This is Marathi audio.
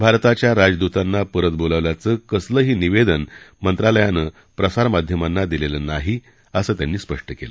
भारताच्या राजदूतांना परत बोलावल्याचं कसलंही निवेदन मंत्रालयानं प्रसार माध्यमांना दिलेलं नाही असं त्यांनी स्पष्ट केलं